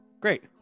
great